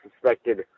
suspected